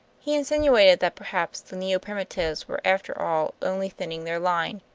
he insinuated that perhaps the neo-primitives were after all only thinning their line,